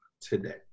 today